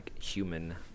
human